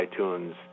iTunes